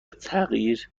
تغییر